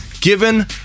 given